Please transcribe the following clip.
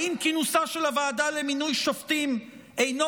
האם כינוסה של הוועדה למינוי שופטים אינו